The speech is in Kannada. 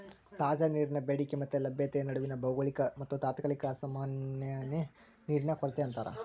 ತಾಜಾ ನೀರಿನ ಬೇಡಿಕೆ ಮತ್ತೆ ಲಭ್ಯತೆಯ ನಡುವಿನ ಭೌಗೋಳಿಕ ಮತ್ತುತಾತ್ಕಾಲಿಕ ಅಸಾಮರಸ್ಯನೇ ನೀರಿನ ಕೊರತೆ ಅಂತಾರ